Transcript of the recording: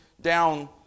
down